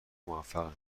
موفقن